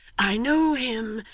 i know him,